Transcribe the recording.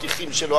השטיחים שלו,